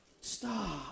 Stop